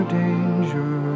danger